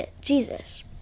Jesus